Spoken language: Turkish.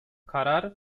karar